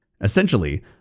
Essentially